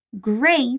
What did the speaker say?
great